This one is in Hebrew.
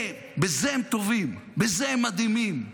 בזה הם טובים, בזה הם מדהימים.